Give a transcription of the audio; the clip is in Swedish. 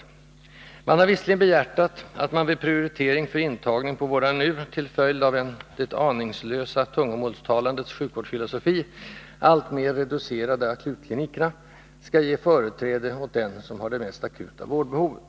Utskottet har visserligen behjärtat att man vid prioritering för intagning på våra nu — till följd av en det aningslösa tungomålstalandets sjukvårdsfilosofi — alltmera reducerade akutkliniker skall ge företräde åt den som har det mest akuta vårdbehovet.